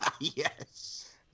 Yes